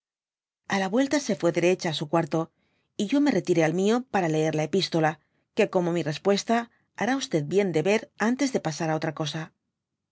a la yuelta se fué derecha á su cuarto y yo me retiró al mió para leer la epistola que como mi repuesta hará bien de yer antes de pasar á otra cosa